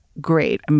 great